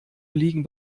liegen